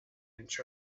inch